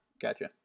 Gotcha